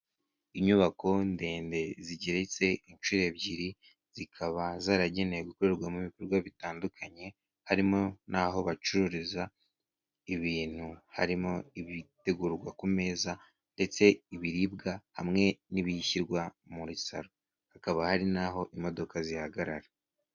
Inyubako ndende zigeretse inshuro ebyiri zikaba zaragenewe gukorerwamo ibikorwa bitandukanye harimo n'aho bacururiza ibintu harimo ibitegurwa ku meza ndetse ibiribwa hamwe n'ibishyirwa muri salon hakaba hari naho imodoka zihagarara.